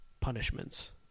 punishments